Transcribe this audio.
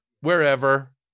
Wherever